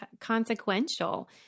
consequential